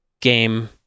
game